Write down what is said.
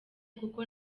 kuko